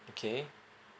okay